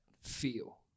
feel